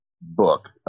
book